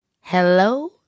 Hello